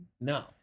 No